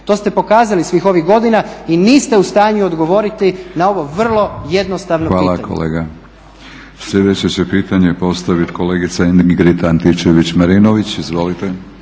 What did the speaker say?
To ste pokazali svih ovih godina i niste u stanju odgovoriti na ovo vrlo jednostavno pitanje. **Batinić, Milorad (HNS)** Hvala kolega. Sljedeće će pitanje postaviti kolegica Ingrid Antičević-Marinović, izvolite.